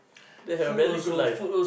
they have very good life